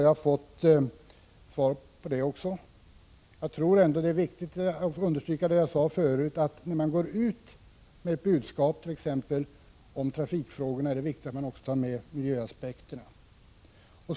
Jag tror det är viktigt att understryka det jag sade förut, nämligen att man i samband med att man går ut med ett budskap om trafikfrågorna också bör ta med miljöaspekterna.